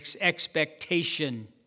expectation